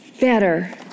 better